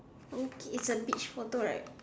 okay it's a beach photo right